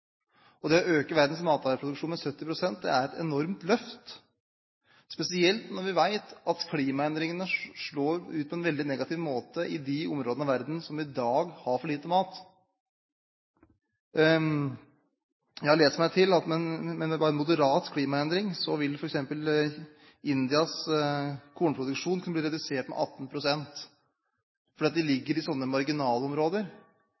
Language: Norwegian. Å øke verdens matvareproduksjon med 70 pst. er et enormt løft, spesielt når vi vet at klimaendringene slår ut på en veldig negativ måte i de områdene av verden som i dag har for lite mat. Jeg har lest meg til at med bare en moderat klimaendring vil f.eks. Indias kornproduksjon kunne bli redusert med 18 pst., fordi